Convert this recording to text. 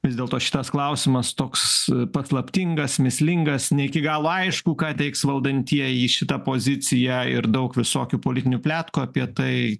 vis dėlto šitas klausimas toks paslaptingas mįslingas ne iki galo aišku ką teiks valdantieji į šitą poziciją ir daug visokių politinių pletkų apie tai